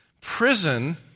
Prison